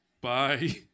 Bye